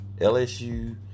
LSU